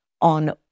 on